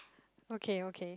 okay okay